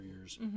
years